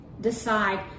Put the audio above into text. decide